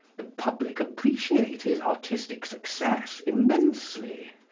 the public appreciate his artistic success immensely.